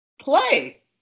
play